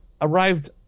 arrived